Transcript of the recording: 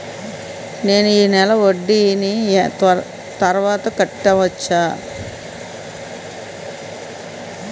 నేను ఈ నెల వడ్డీని తర్వాత కట్టచా?